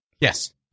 Yes